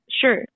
Sure